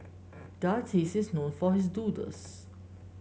the artist is known for his doodles